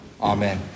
Amen